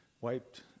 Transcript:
wiped